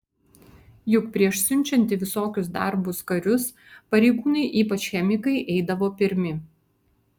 juk prieš siunčiant į visokius darbus karius pareigūnai ypač chemikai eidavo pirmi